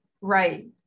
right